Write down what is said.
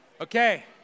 Okay